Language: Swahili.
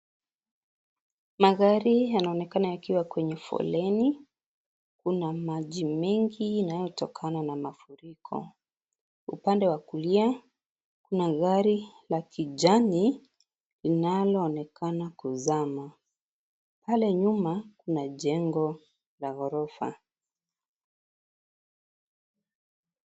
Magari yanaonekana yakiwa kwenye foleni, kunamaji mengi inayotokana na mafuriko. Upande wa kulia kuna gari la kijani linaloonekana kuzama pale nyuma kuna jengo la ghorofa.